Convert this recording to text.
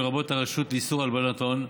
לרבות הרשות לאיסור הלבנת הון.